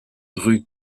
rue